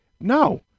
No